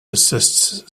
assist